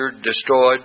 destroyed